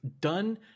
done